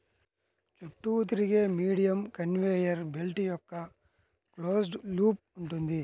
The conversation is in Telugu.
చుట్టూ తిరిగే మీడియం కన్వేయర్ బెల్ట్ యొక్క క్లోజ్డ్ లూప్ ఉంటుంది